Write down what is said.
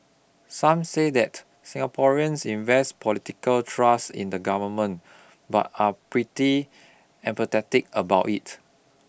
some say that Singaporeans invest political trust in the government but are pretty apathetic about it